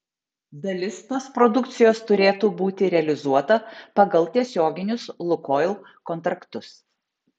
dalis tos produkcijos turėtų būti realizuota pagal tiesioginius lukoil kontraktus